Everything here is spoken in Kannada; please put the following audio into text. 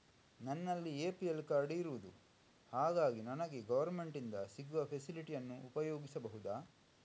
ನನ್ನಲ್ಲಿ ಎ.ಪಿ.ಎಲ್ ಕಾರ್ಡ್ ಇರುದು ಹಾಗಾಗಿ ನನಗೆ ಗವರ್ನಮೆಂಟ್ ಇಂದ ಸಿಗುವ ಫೆಸಿಲಿಟಿ ಅನ್ನು ಉಪಯೋಗಿಸಬಹುದಾ?